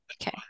Okay